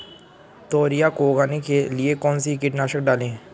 तोरियां को उगाने के लिये कौन सी कीटनाशक डालें?